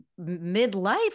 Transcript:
midlife